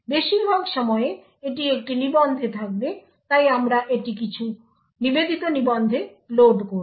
বেশিরভাগ সময়ে এটি একটি নিবন্ধে থাকবে তাই আমরা এটি কিছু নিবেদিত নিবন্ধে লোড করব